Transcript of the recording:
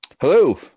Hello